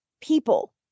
people